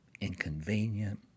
inconvenient